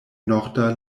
norda